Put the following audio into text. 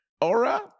aura